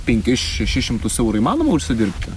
penkis šešis šimtus eurų įmanoma užsidirbti